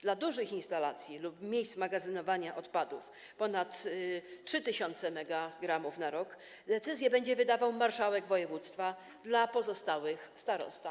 Dla dużych instalacji lub miejsc magazynowania odpadów, ponad 3 tys. megagramów na rok, decyzję będzie wydawał marszałek województwa, dla pozostałych - starosta.